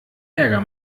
ärger